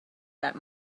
that